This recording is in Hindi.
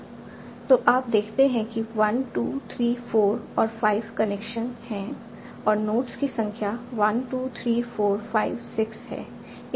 तो आप देखते हैं कि 1 2 3 4 और 5 कनेक्शन हैं और नोड्स की संख्या 1 2 3 4 5 6 हैं